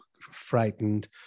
frightened